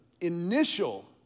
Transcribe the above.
initial